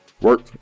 Work